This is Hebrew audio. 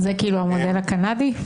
זה המודל הקנדי?